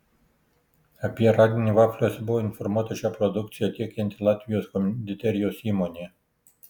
apie radinį vafliuose buvo informuota šią produkciją tiekianti latvijos konditerijos įmonė